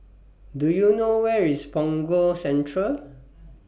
Do YOU know Where IS Punggol Central